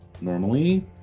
Normally